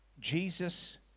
Jesus